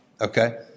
okay